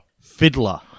Fiddler